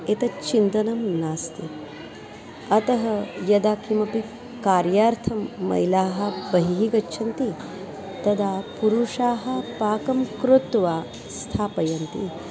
एतत् चिन्तनं नास्ति अतः यदा किमपि कार्यार्थं महिलाः बहिः गच्छन्ति तदा पुरुषाः पाकं कृत्वा स्थापयन्ति